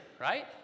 right